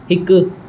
हिकु